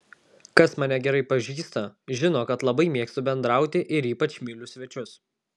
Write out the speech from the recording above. kas mane gerai pažįsta žino kad labai mėgstu bendrauti ir ypač myliu svečius